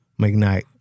McKnight